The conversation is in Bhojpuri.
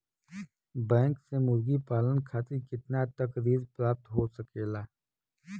बैंक से मुर्गी पालन खातिर कितना तक ऋण प्राप्त हो सकेला?